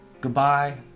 Goodbye